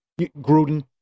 Gruden